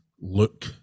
look